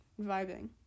vibing